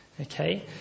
Okay